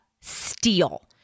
steal